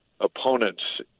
opponents